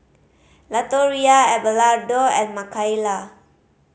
Latoria Abelardo and Makaila